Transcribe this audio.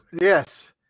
yes